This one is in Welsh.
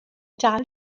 dal